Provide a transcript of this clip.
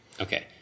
Okay